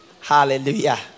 Hallelujah